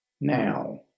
Now